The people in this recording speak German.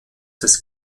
des